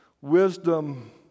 wisdom